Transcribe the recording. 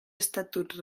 estatuts